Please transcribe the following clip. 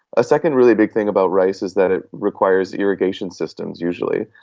a second really big thing about rice is that it requires irrigation systems usually.